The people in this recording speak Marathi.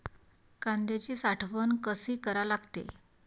कांद्याची साठवन कसी करा लागते?